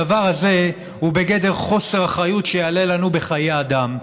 הדבר הזה הוא בגדר חוסר אחריות שיעלה לנו בחיי אדם.